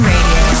Radio